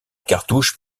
cartouche